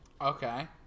Okay